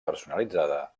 personalitzada